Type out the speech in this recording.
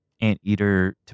anteater